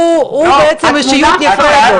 הוא אישיות נפרדת.